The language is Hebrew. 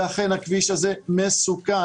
ואכן הכביש הזה מסוכן.